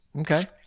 Okay